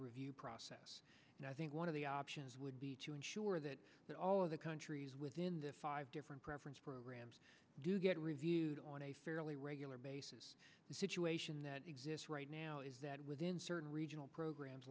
review process and i think one of the options would be to ensure that all of the countries within the five different preference programs do get reviewed on a fairly regular basis the situation that exists right now is that within certain regional program